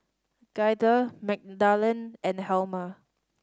Gaither Magdalen and Helmer